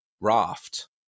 Raft